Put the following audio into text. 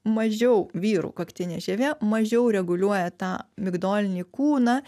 mažiau vyrų kaktinė žievė mažiau reguliuoja tą migdolinį kūną